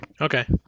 Okay